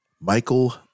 Michael